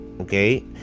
Okay